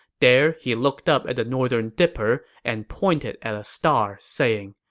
there, he looked up at the northern dipper and pointed at a star, saying,